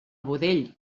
budell